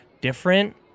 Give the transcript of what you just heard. different